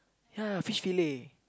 ya fish fillet